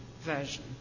version